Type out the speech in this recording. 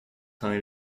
tant